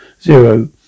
zero